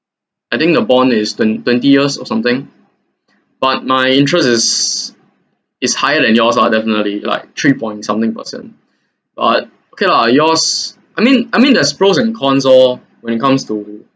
I think the bond is twent~ twenty years or something but my interest is is higher than yours ah definitely like three point something percent but okay lah yours I mean I mean there's pros and cons orh when it comes to